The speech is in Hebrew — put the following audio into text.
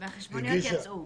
הגישה --- והחשבוניות יצאו.